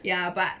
ya but